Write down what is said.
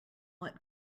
what